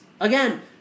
again